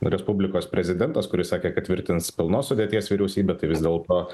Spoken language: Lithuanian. respublikos prezidentas kuris sakė kad tvirtins pilnos sudėties vyriausybę tai vis dėlto